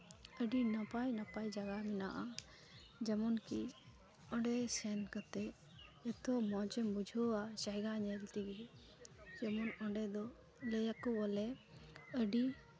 ᱟᱹᱰᱤ ᱱᱟᱯᱟᱭ ᱱᱟᱯᱟᱭ ᱡᱟᱭᱜᱟ ᱦᱮᱱᱟᱜᱼᱟ ᱡᱮᱢᱚᱱᱠᱤ ᱚᱸᱰᱮ ᱥᱮᱱ ᱠᱟᱛᱮᱫ ᱮᱛᱚ ᱢᱚᱡᱽ ᱮᱢ ᱵᱩᱡᱷᱟᱹᱣᱟ ᱡᱟᱭᱜᱟ ᱧᱮᱞ ᱛᱮᱜᱮ ᱡᱮᱢᱚᱱ ᱚᱸᱰᱮ ᱫᱚ ᱞᱟᱹᱭ ᱟᱠᱚ ᱵᱚᱞᱮ ᱟᱹᱰᱤ